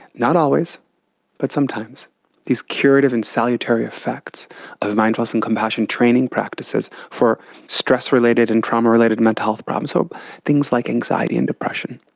not always but sometimes these curative and salutary effects of mindfulness and compassion training practices for stress-related and trauma related mental health problems, so things like anxiety and depression.